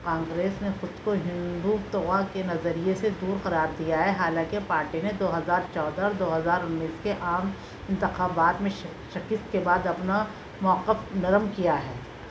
کانگریس نے خود کو ہندوتوا کے نظریے سے دور قرار دیا ہے حالانکہ پارٹی نے دو ہزار چودہ اور دو ہزار انیس کے عام انتخابات میں شکست کے بعد اپنا موقف نرم کیا ہے